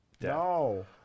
No